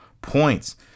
points